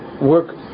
work